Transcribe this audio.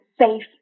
safe